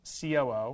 COO